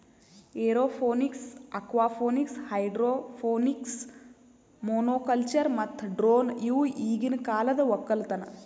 aeroponics, aquaponics, hydroponics, monoculture ಮತ್ತ drone ಇವು ಈಗಿನ ಕಾಲದ ಒಕ್ಕಲತನ